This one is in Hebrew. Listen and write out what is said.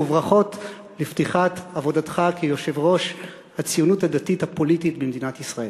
וברכות לפתיחת עבודתך כיושב-ראש הציונות הדתית הפוליטית במדינת ישראל.